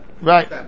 Right